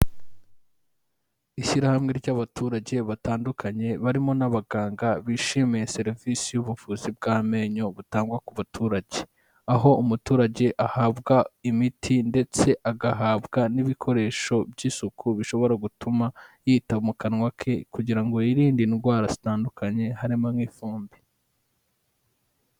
Ishyirahamwe ry'abaturage batandukanye barimo n'abaganga bishimiye serivisi y'ubuvuzi bw'amenyo butangwa ku baturage, aho umuturage ahabwa imiti ndetse agahabwa n'ibikoresho by'isuku bishobora gutuma yita mu kanwa ke kugira ngo yirinde indwara zitandukanye harimo nk'ifumbi.